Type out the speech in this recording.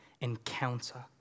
encounter